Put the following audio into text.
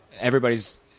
everybody's